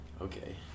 Okay